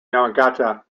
yamagata